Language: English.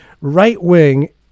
right-wing